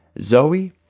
Zoe